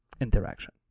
interaction